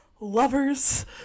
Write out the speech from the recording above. lovers